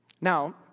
Now